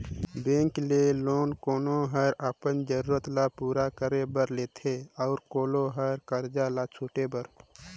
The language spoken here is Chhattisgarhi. बेंक ले लोन कोनो हर अपन जरूरत ल पूरा करे बर लेथे ता कोलो हर करजा ल छुटे बर